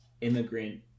immigrant